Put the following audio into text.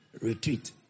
Retreat